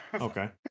Okay